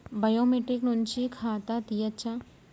Biometric నుంచి ఖాతా తీయచ్చా?